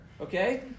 Okay